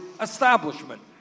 establishment